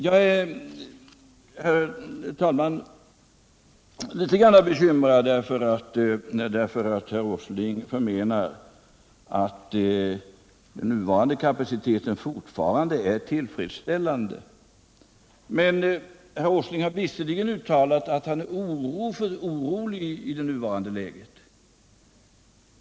Jag är, herr talman, litet grand bekymrad därför att herr Åsling förmenar att den nuvarande kapaciteten fortfarande är tillfredsställande. Herr Åsling har visserligen uttalat att han är orolig i det nuvarande läget.